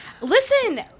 Listen